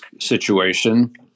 situation